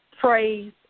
praise